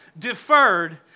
Deferred